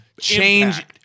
change